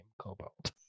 Cobalt